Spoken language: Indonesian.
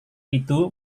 itu